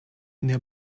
near